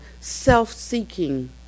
self-seeking